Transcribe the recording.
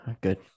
Good